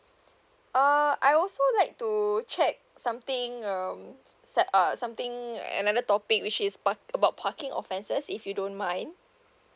uh I also like to check something um say uh something another topic which is par~ about parking offences if you don't mind